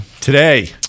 today